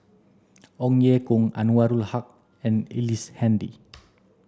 Ong Ye Kung Anwarul Haque and Ellice Handy